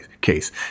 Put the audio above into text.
case